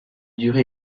durée